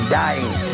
dying